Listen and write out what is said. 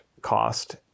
cost